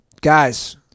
Guys